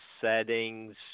settings